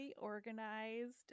organized